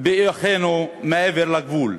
באחינו מעבר לגבול.